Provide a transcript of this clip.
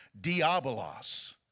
diabolos